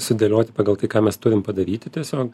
sudėlioti pagal tai ką mes turim padaryti tiesiog